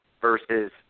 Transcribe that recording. versus